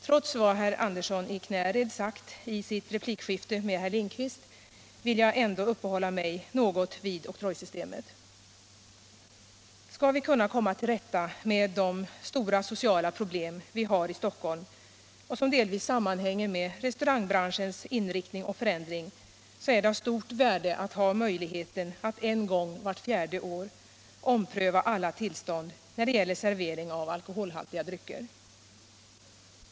Trots vad herr Andersson i Knäred sagt i sitt replikskifte med herr Lindkvist vill jag uppehålla mig något vid oktrojsystemet. Skall vi kunna komma till rätta med de stora sociala problem vi har i Stockholm och som delvis sammanhänger med restaurangbranschens inriktning och förändring är det av stort värde att ha möjligheten att en gång vart fjärde år ompröva alla tillstånd när det gäller servering av alkoholhaltiga drycker.